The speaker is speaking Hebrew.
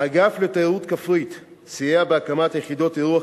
האגף לתיירות כפרית סייע בהקמת יחידות אירוח